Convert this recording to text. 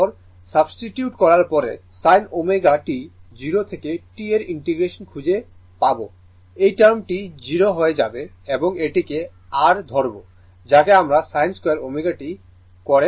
তারপর সাবস্টিটিউট করার পরে sin ω t 0 থেকে T এর ইন্টিগ্রেশন খুঁজে পাব এই টার্ম টি 0 হয়ে যাবে এবং এটিকে r ধরবো যাকে আমরা sin2ω t করে তোলে